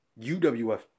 UWF